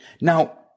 Now